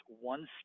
one